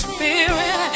Spirit